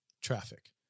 traffic